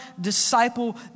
disciple